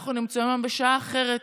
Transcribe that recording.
אנחנו נמצאים היום בשעה אחרת,